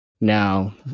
Now